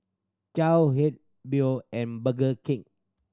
Biore and Burger Kid